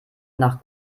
nach